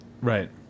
Right